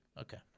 Okay